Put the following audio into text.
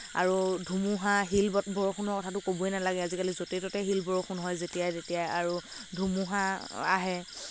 আৰু ধুমুহা আহিল বৰষুণৰ কথাটো ক'বই নালাগে আজিকালি য'তে ত'তে শিল বৰষুণ হয় যেতিয়াই তেতিয়াই আৰু ধুমুহা আহে